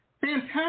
Fantastic